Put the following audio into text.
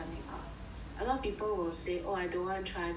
a lot of people will say oh I don't want try because